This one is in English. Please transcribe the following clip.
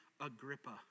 Agrippa